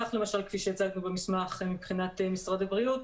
כך למשל כפי שהצגנו במסמך מבחינת משרד הבריאות